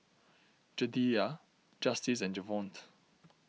Jedidiah Justice and Javonte